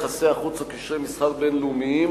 יחסי החוץ או קשרי מסחר בין-לאומיים,